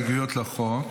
אין הסתייגויות לחוק